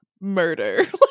Murder